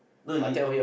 no you